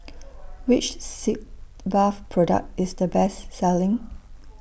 Which Sitz Bath Product IS The Best Selling